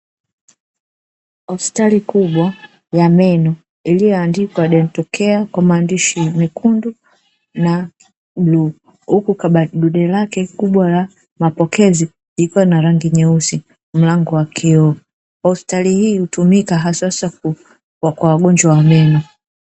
Hospitali kubwa ya meno iliyoandikwa "Dental care" kwa maandishi mekundu na bluu huku dude lake kubwa la mapokezi likiwa na rangi nyeusi, mlango wa kioo. Hospitali hii hutumika haswahaswa kwa wagonjwa wa meno.